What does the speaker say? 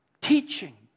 Teaching